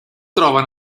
trova